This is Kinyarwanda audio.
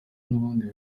n’abandi